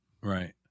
right